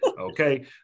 Okay